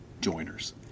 joiners